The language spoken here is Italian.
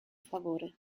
favore